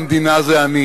אני.